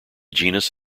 genus